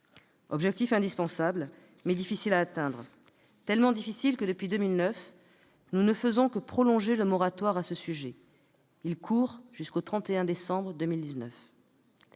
objectif indispensable, mais difficile à atteindre, tant et si bien que depuis 2009 nous ne faisons que prolonger le moratoire à ce sujet- il court jusqu'au 31 décembre 2019.